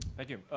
thank you.